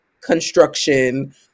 construction